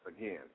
again